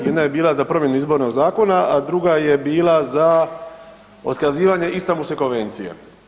Jedna je bila za promjenu izbornog zakona, a druga je bila za otkazivanje Istambulske konvencije.